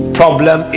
problem